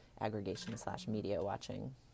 aggregation-slash-media-watching